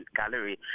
gallery